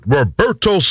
Roberto